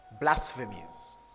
Blasphemies